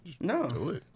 No